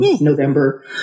November